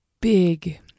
big